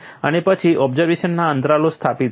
અને પછી ઓબ્ઝર્વેશનના અંતરાલો સ્થાપિત કરો